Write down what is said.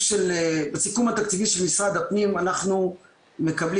בסיכום התקציבי של משרד הפנים אנחנו מקבלים